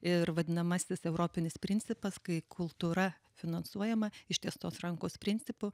ir vadinamasis europinis principas kai kultūra finansuojama ištiestos rankos principu